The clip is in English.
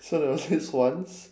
so there was this once